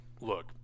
look